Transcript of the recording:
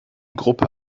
gruppe